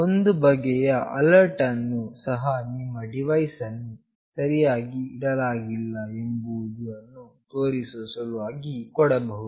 ಒಂದು ಬಗೆಯ ಅಲರ್ಟ್ ಅನ್ನು ಸಹ ನಿಮ್ಮ ಡಿವೈಸ್ ಅನ್ನು ಸರಿಯಾಗಿ ಇಡಲಾಗಿಲ್ಲ ಎಂಬುದನ್ನು ತೋರಿಸುವ ಸಲುವಾಗಿ ಕೊಡಬಹುದು